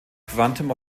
quantum